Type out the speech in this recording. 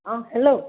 অঁ হেল্ল'